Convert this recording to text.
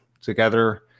together